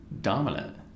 dominant